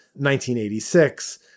1986